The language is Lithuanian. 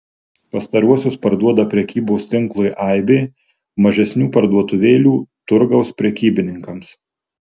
pastaruosius parduoda prekybos tinklui aibė mažesnių parduotuvėlių turgaus prekybininkams